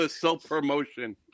self-promotion